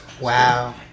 Wow